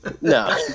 No